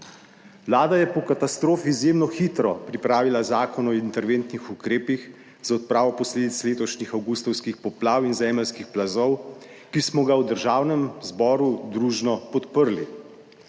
Vlada je po katastrofi izjemno hitro pripravila zakon o interventnih ukrepih za odpravo posledic letošnjih avgustovskih poplav in zemeljskih plazov, ki smo ga v Državnem zboru družno podprli.